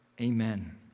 Amen